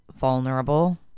vulnerable